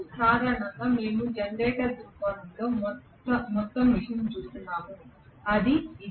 సాధారణంగా మేము జెనరేటర్ దృక్కోణంలో మొత్తం విషయం చూస్తున్నాము అది అదే